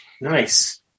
Nice